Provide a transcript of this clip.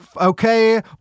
okay